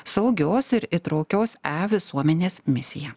saugios ir įtraukios e visuomenės misiją